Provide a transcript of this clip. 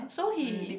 so he